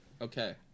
Okay